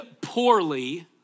poorly